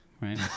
Right